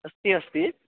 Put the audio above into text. अस्ति अस्ति